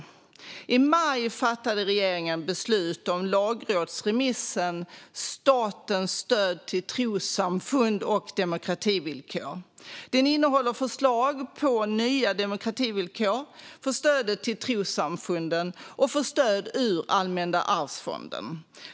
I maj fattade regeringen beslut om lagrådsremissen Statens stöd till trossamfund och demokrativillkor . Den innehåller förslag på nya demokrativillkor för stödet till trossamfunden och för stöd ur Allmänna arvsfonden.